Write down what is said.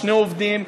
שני עובדים,